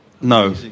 No